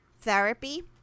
therapy